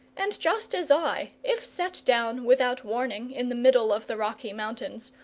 and just as i, if set down without warning in the middle of the rocky mountains,